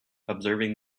observing